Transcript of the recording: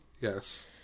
Yes